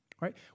Right